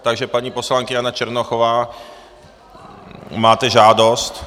Takže paní poslankyně Jana Černochová, máte žádost.